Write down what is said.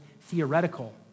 theoretical